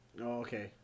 okay